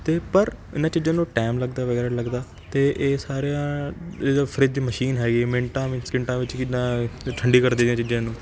ਅਤੇ ਪਰ ਇਨ੍ਹਾਂ ਚੀਜ਼ਾਂ ਨੂੰ ਟੈਮ ਲੱਗਦਾ ਵਗੈਰਾ ਲੱਗਦਾ ਅਤੇ ਇਹ ਸਾਰਾ ਜਿੱਦਾਂ ਫਰਿੱਜ ਮਸ਼ੀਨ ਹੈਗੀ ਮਿੰਟਾਂ ਮ ਸਕਿੰਟਾਂ ਵਿੱਚ ਜਿੱਦਾਂ ਠੰਡੀ ਕਰ ਦਿੰਦੀ ਆ ਚੀਜ਼ਾਂ ਨੂੰ